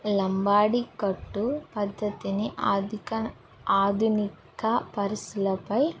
లంబాడి కట్టు పద్ధతిని ఆదిక ఆధునిక పరిస్థితులపై